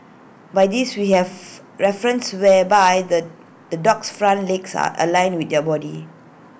by this we have reference whereby the the dog's front legs are aligned with your body